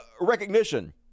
recognition